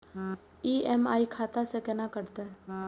EMI खाता से केना कटते?